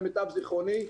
למיטב זיכרוני,